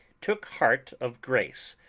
took heart of grace,